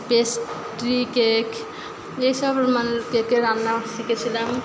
pastry cake এসব মানে কেকের রান্না শিখেছিলাম